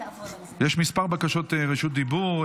בקשות רשות דיבור.